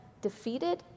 defeated